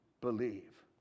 believe